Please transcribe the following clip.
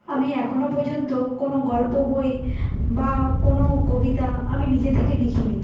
আমি এখনও পর্যন্ত কোনো গল্প বই বা কোনো কবিতা আমি নিজে থেকে লিখি নি